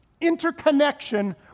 interconnection